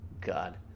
God